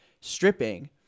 stripping